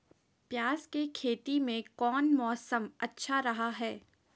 प्याज के खेती में कौन मौसम अच्छा रहा हय?